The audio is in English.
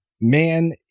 man